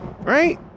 right